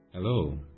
Hello